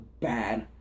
bad